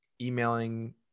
emailing